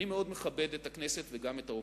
אני מאוד מכבד את הכנסת וגם את האופוזיציה.